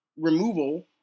removal